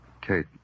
Kate